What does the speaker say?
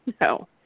No